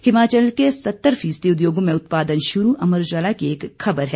हिमाचल के सत्तर फीसदी उद्योगों में उत्पादन शुरू अमर उजाला की एक ख़बर है